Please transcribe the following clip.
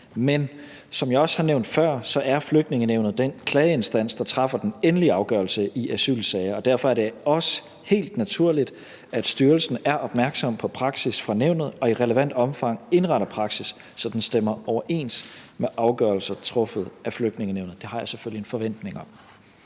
Men som jeg også har nævnt før, er Flygtningenævnet den klageinstans, der træffer den endelige afgørelse i asylsager, og derfor er det også helt naturligt, at styrelsen er opmærksom på praksis i nævnet og i relevant omfang indretter praksis, så den stemmer overens med afgørelser truffet af Flygtningenævnet. Det har jeg selvfølgelig en forventning om.